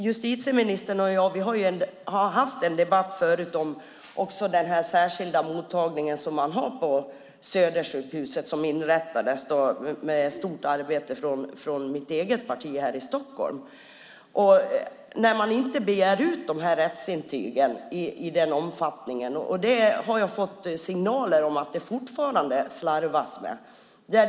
Justitieministern och jag har haft en debatt tidigare om den särskilda mottagning på Södersjukhuset som inrättades med stort arbete från mitt eget parti här i Stockholm. Man begär inte ut rättsintygen i den omfattning man skulle kunna. Jag har fått signaler om att det fortfarande slarvas med det.